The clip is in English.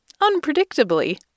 unpredictably